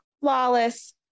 flawless